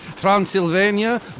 Transylvania